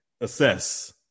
assess